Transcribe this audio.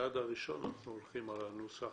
צעד ראשון אנחנו הולכים על הנוסח